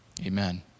Amen